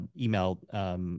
email